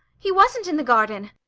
he wasn't in the garden.